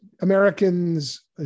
Americans